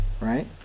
right